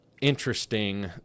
interesting